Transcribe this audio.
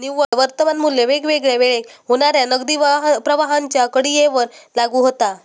निव्वळ वर्तमान मू्ल्य वेगवेगळ्या वेळेक होणाऱ्या नगदी प्रवाहांच्या कडीयेवर लागू होता